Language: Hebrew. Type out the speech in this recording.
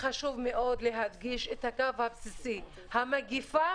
חשוב מאוד להדגיש את הקו הבסיסי המגפה